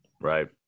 Right